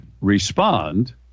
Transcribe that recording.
respond